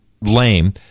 lame